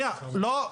לא.